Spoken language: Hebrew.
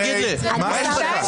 תגיד לי, מה יש לך?